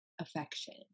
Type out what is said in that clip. affection